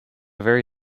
very